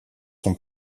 sont